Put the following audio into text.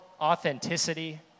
authenticity